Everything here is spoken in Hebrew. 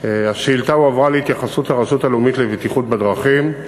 השאילתה הועברה להתייחסות הרשות הלאומית לבטיחות בדרכים,